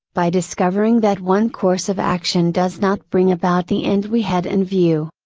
by discovering that one course of action does not bring about the end we had in view.